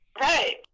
Right